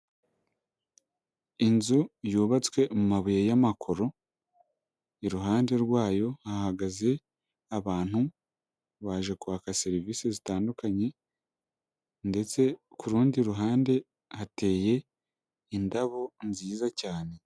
Inzu yubatswe mu mabuye y'amakoro iruhande rwayo hahagaze abantu baje kwaka serivisi zitandukanye ndetse ku rundi ruhande hateye indabo nziza cyane.